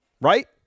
right